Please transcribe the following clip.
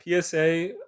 PSA